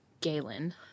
Galen